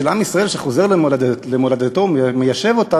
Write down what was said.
של עם ישראל שחוזר למולדתו ומיישב אותה,